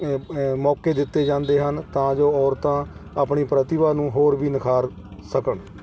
ਮੌਕੇ ਦਿੱਤੇ ਜਾਂਦੇ ਹਨ ਤਾਂ ਜੋ ਔਰਤਾਂ ਆਪਣੀ ਪ੍ਰਤਿਭਾ ਨੂੰ ਹੋਰ ਵੀ ਨਿਖਾਰ ਸਕਣ